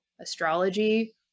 astrology